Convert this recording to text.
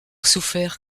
souffert